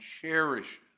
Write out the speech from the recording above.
cherishes